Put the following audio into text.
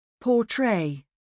Portray